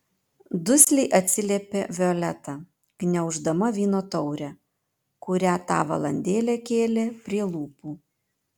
dusliai atsiliepė violeta gniauždama vyno taurę kurią tą valandėlę kėlė prie lūpų